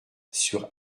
sur